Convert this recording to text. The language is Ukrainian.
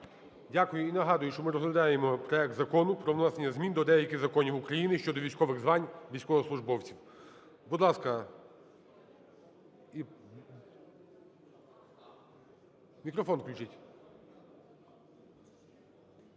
Дякую. І нагадую, що ми розглядаємо проект Закону про внесення змін до деяких законів України щодо військових звань військовослужбовців. Будь ласка, мікрофон включіть.